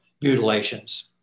mutilations